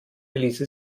ließe